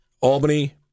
Albany